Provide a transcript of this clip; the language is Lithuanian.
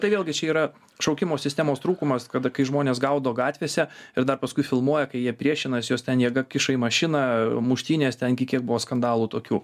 tai vėlgi čia yra šaukimo sistemos trūkumas kada kai žmones gaudo gatvėse ir dar paskui filmuoja kai jie priešinasi juos ten jėga kiša į mašiną muštynės tengi kiek buvo skandalų tokių